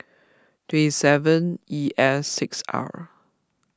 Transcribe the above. two seven E S six R